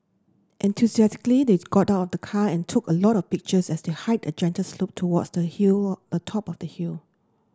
enthusiastically they've got out the car and took a lot of pictures as they hiked up a gentle slope towards the hill of a top of the hill